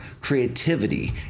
creativity